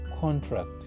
contract